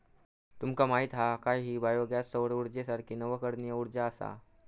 तुमका माहीत हा काय की बायो गॅस सौर उर्जेसारखी नवीकरणीय उर्जा असा?